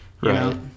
right